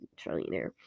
trillionaire